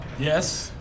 Yes